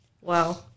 wow